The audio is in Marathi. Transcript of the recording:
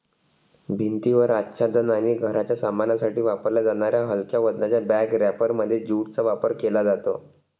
भिंतीवर आच्छादन आणि घराच्या सामानासाठी वापरल्या जाणाऱ्या हलक्या वजनाच्या बॅग रॅपरमध्ये ज्यूटचा वापर केला जातो